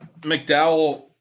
McDowell